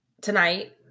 tonight